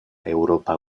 eŭropa